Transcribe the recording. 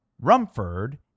Rumford